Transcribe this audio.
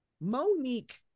Monique